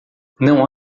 não